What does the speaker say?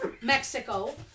Mexico